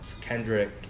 Kendrick